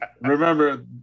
Remember